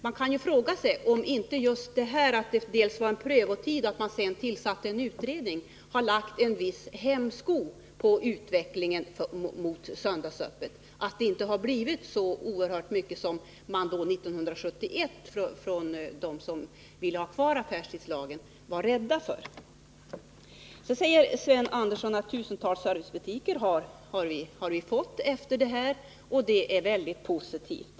Man kan fråga sig om prövotiden och tillsättandet av en utredning i viss mån har lagt en hämsko på utvecklingen mot söndagsöppet, så att det inte har blivit en så oerhört stark utveckling som de fruktade som 1971 ville ha kvar affärstidslagen. Sven Andersson sade att vi har fått tusentals servicebutiker och att detta är mycket positivt.